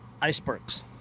icebergs